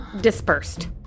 Dispersed